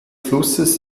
flusses